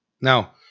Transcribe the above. Now